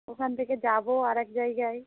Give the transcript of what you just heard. ওখান থেকে যাব আরেক জায়গায়